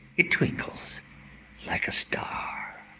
it twinkles like a star.